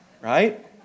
right